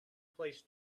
plays